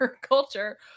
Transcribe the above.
culture